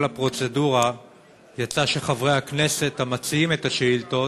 הפרוצדורה יצא שחברי הכנסת המציעים את השאילתות